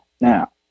Now